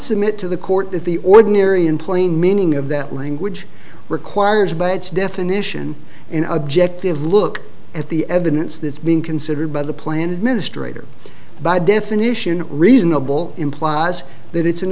submit to the court that the ordinary in plain meaning of that language requires by its definition an objective look at the evidence that's being considered by the plan administrator by definition reasonable implies that it's an